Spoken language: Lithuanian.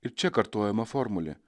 ir čia kartojama formulė